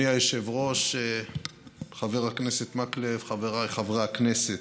היושב-ראש, חבר הכנסת מקלב, חבריי חברי הכנסת,